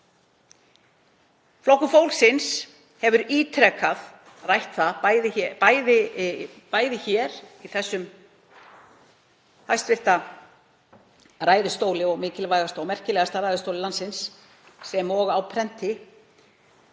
Flokkur fólksins hefur ítrekað rætt það, bæði hér í þessum ræðustóli, mikilvægasta og merkilegasta ræðustóli landsins, sem og á prenti,